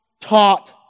taught